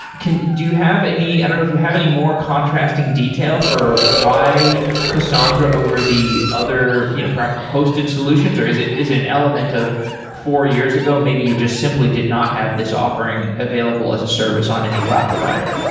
do you have any i don't know if you have any more contrasting detail for why cassandra over the other you know perhaps the hosted solutions, or is it is it an element of four years ago maybe you just simply did not have this offering available as a service on any cloud provider?